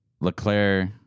LeClaire